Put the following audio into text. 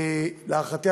להערכתי,